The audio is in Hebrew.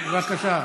הבריאות שלך.